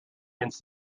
hence